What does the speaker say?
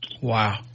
Wow